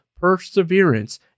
perseverance